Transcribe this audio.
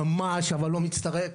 ממש לא מצטרף,